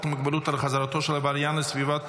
מגבלות על חזרתו של עבריין מין לסביבת